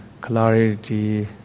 clarity